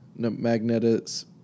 magnetics